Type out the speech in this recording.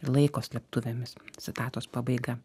ir laiko slėptuvėmis citatos pabaiga